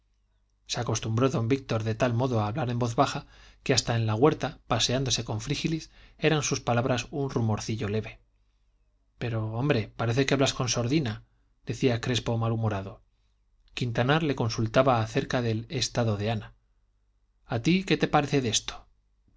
se acostumbró don víctor de tal modo a hablar en voz baja que hasta en la huerta paseándose con frígilis eran sus palabras un rumorcillo leve pero hombre parece que hablas con sordina decía crespo malhumorado quintanar le consultaba acerca del estado de ana a ti qué te parece de esto